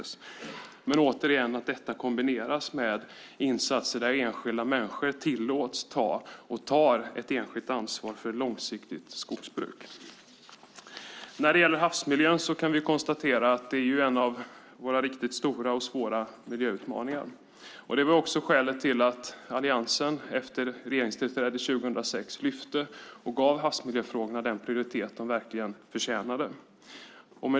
Återigen är det viktigt att detta kombineras med insatser där enskilda människor tillåts ta och tar ett enskilt ansvar för långsiktigt skogsbruk. När det gäller havsmiljön kan vi konstatera att det är en av våra riktigt stora och svåra miljöutmaningar. Det är skälet till att Alliansen efter tillträdet hösten 2006 lyfte och gav havsmiljöfrågorna den prioritet de verkligen förtjänar.